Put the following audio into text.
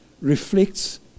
reflects